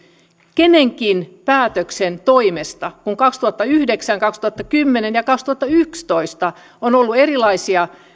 kenenkin päätöksen toimesta kun kaksituhattayhdeksän kaksituhattakymmenen ja kaksituhattayksitoista on ollut erilaisia